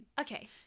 Okay